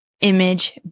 image